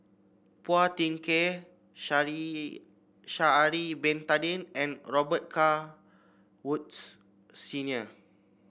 Phua Thin Kiay Sha'ari Sha'ari Bin Tadin and Robet Carr Woods Senior